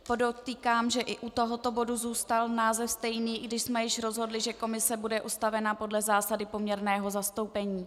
Podotýkám, že i u tohoto bodu zůstal název stejný, i když jsme již rozhodli, že komise bude ustavena podle zásady poměrného zastoupení.